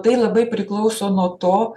tai labai priklauso nuo to